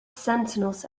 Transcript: sentinels